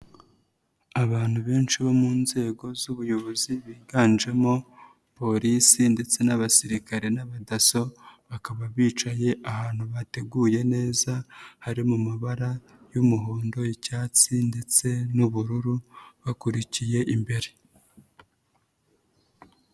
Abantu benshi bo mu nzego z'ubuyobozi biganjemo Polisi ndetse n'Abasirikare n'aba DASO, bakaba bicaye ahantu bateguye neza hari mu mabara y'umuhondo, icyatsi ndetse n'ubururu bakurikiye imbere.